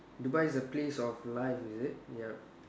Dubai is a place of life is it ya